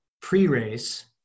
pre-race